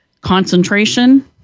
concentration